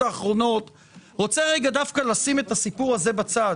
אני רוצה לשים את הסיפור הזה בצד.